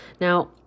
Now